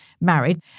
married